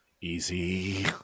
Easy